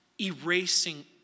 erasing